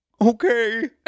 Okay